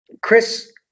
Chris